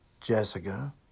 Jessica